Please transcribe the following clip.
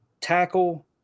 tackle